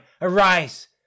Arise